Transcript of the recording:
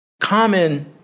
Common